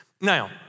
Now